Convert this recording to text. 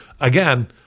Again